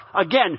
Again